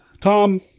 Tom